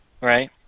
right